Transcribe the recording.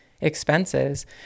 expenses